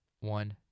One